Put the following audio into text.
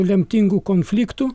lemtingų konfliktų